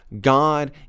God